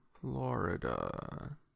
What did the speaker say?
Florida